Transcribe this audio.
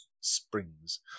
Springs